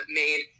made